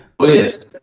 Yes